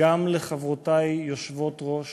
גם לחברותי יושבות-ראש